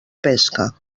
pesca